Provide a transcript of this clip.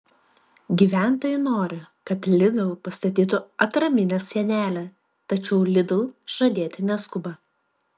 gyventojai nori kad lidl pastatytų atraminę sienelę tačiau lidl žadėti neskuba